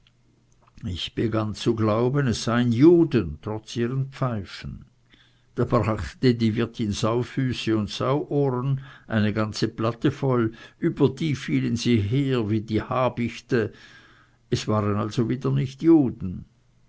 ich begann zu glauben es seien juden trotz ihren pfeifen da brachte die wirtin saufüße und sauohren eine ganze platte voll über die fielen sie her wie die habichte es waren also wieder nicht juden